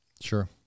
Sure